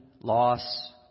loss